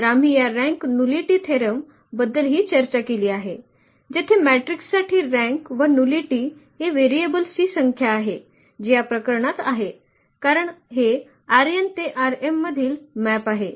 तर आम्ही या रँक नुलीटी थेरम बद्दलही चर्चा केली आहे जेथे मॅट्रिकसाठी रँक व नुलीटी ही व्हेरिएबल्सची संख्या आहे जी या प्रकरणात आहे कारण हे ते मधील मॅप आहे